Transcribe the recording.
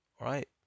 right